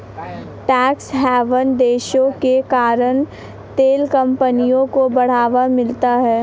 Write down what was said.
tax haven देशों के कारण तेल कंपनियों को बढ़ावा मिलता है